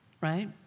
Right